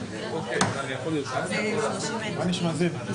זה נראה לא טוב.